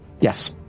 Yes